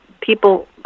people